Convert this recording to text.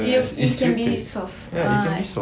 it can be soft ah